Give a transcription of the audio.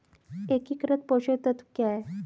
एकीकृत पोषक तत्व क्या है?